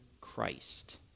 Christ